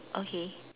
okay